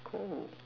cool